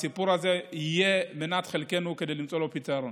הסיפור הזה יהיה מנת חלקנו כדי למצוא לו פתרון.